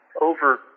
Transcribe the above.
over